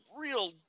real